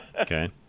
Okay